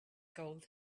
gold